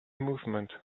movement